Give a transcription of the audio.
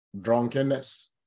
drunkenness